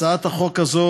הצעת החוק הזאת,